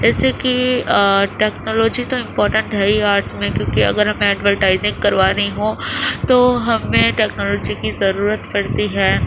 جیسے کہ ٹیکنالوجی تو امپاٹینٹ ہے ہی آرٹس میں کیوںکہ اگر ہم ایڈورٹائزنگ کروانی ہو تو ہمیں ٹیکنالوجی کی ضرورت پڑتی ہے